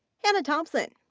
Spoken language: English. hannah thompson.